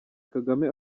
kagame